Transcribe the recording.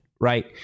right